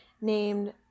named